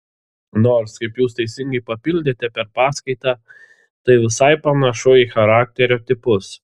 nors kaip jūs teisingai papildėte per paskaitą tai visai panašu į charakterio tipus